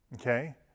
Okay